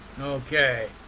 Okay